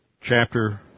chapter